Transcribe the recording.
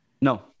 no